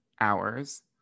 Hours